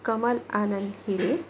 Kamal Anand Hire